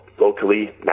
locally